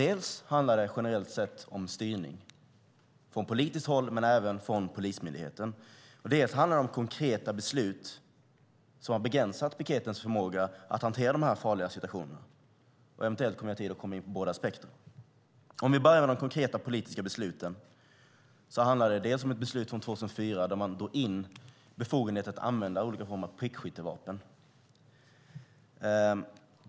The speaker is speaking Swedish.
Dels handlar det generellt sett om styrning, från politiskt håll men även från Polismyndigheten, dels handlar det om konkreta beslut som har begränsat piketens förmåga att hantera dessa farliga situationer. Eventuellt kommer jag att ha tid att komma in på båda aspekterna. Vi börjar med de konkreta politiska besluten. År 2004 fattade man beslut om att dra in befogenheten att använda olika former av prickskyttevapen.